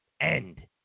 end